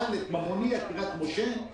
ד' וקריית משה.